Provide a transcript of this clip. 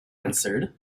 answered